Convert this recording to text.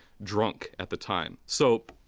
drunk at the time. so,